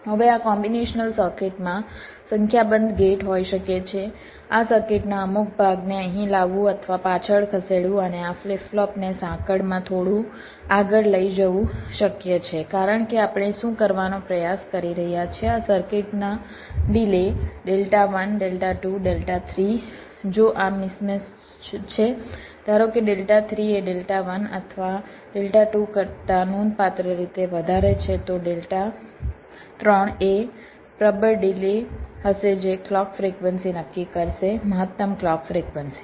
હવે આ કોમ્બિનેશનલ સર્કિટમાં સંખ્યાબંધ ગેટ હોઈ શકે છે આ સર્કિટના અમુક ભાગને અહીં લાવવું અથવા પાછળ ખસેડવું અને આ ફ્લિપ ફ્લોપને સાંકળમાં થોડું આગળ લઈ જવું શક્ય છે કારણ કે આપણે શું કરવાનો પ્રયાસ કરી રહ્યાં છે આ સર્કિટના ડિલે ડેલ્ટા 1 ડેલ્ટા 2 ડેલ્ટા 3 જો આ મિસ મેચ છે ધારો કે ડેલ્ટા 3 એ ડેલ્ટા 1 અથવા ડેલ્ટા 2 કરતા નોંધપાત્ર રીતે વધારે છે તો ડેલ્ટા ત્રણ એ પ્રબળ ડિલે હશે જે ક્લૉક ફ્રિક્વન્સી નક્કી કરશે મહત્તમ ક્લૉક ફ્રિક્વન્સી